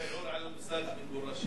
המגורשים.